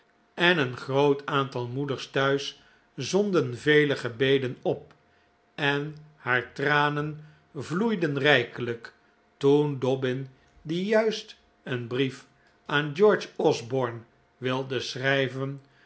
en een groot aantal moeders thuis zonden vele gebeden op en haar tranen vloeiden rijkelijk toen dobbin die juist een brief aan george osborne wilde schrijven